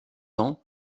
ans